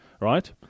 right